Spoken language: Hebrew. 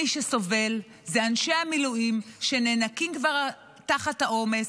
מי שסובל הוא אנשי המילואים שכבר נאנקים תחת העומס,